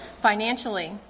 Financially